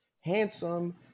handsome